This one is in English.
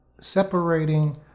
separating